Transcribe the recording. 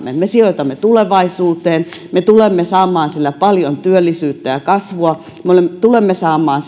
me me sijoitamme tulevaisuuteen me tulemme saamaan sillä paljon työllisyyttä ja kasvua me tulemme saamaan